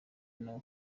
iyo